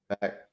back